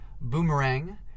Boomerang